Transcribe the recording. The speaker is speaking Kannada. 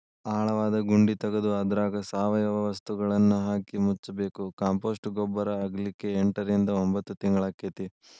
ಆಳವಾದ ಗುಂಡಿ ತಗದು ಅದ್ರಾಗ ಸಾವಯವ ವಸ್ತುಗಳನ್ನಹಾಕಿ ಮುಚ್ಚಬೇಕು, ಕಾಂಪೋಸ್ಟ್ ಗೊಬ್ಬರ ಆಗ್ಲಿಕ್ಕೆ ಎಂಟರಿಂದ ಒಂಭತ್ ತಿಂಗಳಾಕ್ಕೆತಿ